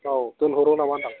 औ दोनहरो नामा होन्दां